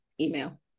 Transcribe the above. email